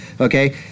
Okay